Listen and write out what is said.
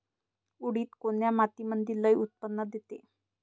उडीद कोन्या मातीमंदी लई उत्पन्न देते?